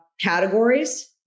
categories